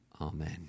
Amen